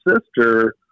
sister